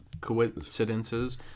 coincidences